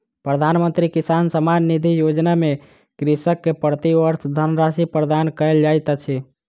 प्रधानमंत्री किसान सम्मान निधि योजना में कृषक के प्रति वर्ष धनराशि प्रदान कयल जाइत अछि